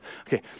Okay